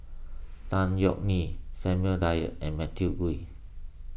Tan Yeok Nee Samuel Dyer and Matthew Ngui